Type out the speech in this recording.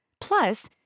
Plus